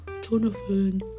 Jonathan